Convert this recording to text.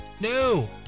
No